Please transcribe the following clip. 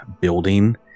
building